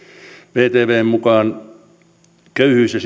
vtvn mukaan köyhyys ja